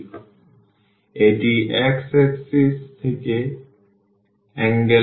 সুতরাং এটি x axis থেকে অ্যাঙ্গেল